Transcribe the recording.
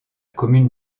commune